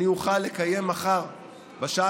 אוכל לקיים מחר בשעה